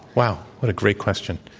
wow. what a great question.